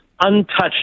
untouched